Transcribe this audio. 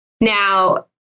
Now